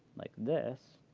like this